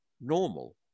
normal